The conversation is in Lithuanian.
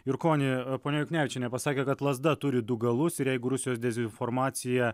jurkoni ponia juknevičienė pasakė kad lazda turi du galus ir jeigu rusijos dezinformacija